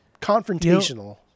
confrontational